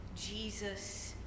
Jesus